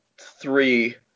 three